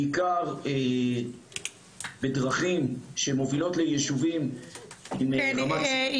בעיקר בדרכים שמובילות ליישובים עם רמת סיכון גבוהה